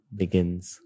begins